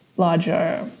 larger